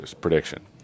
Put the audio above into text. prediction